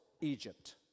Egypt